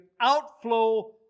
outflow